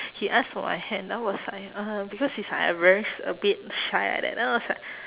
he ask for my hand I was like oh because is like I very sh~ a bit shy like that then I was like